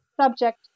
subject